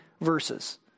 verses